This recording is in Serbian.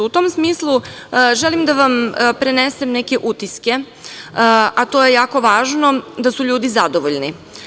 U tom smislu, želim da vam prenesem neke utiske, a to je jako važno - da su ljudi zadovoljni.